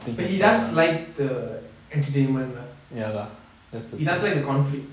but he does like the entertainment lah he does like the conflict